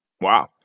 Wow